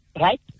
Right